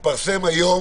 התפרסם היום